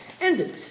Ended